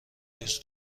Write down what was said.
دوست